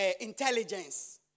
intelligence